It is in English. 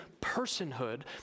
personhood